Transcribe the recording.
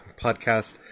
podcast